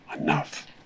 enough